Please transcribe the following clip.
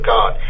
God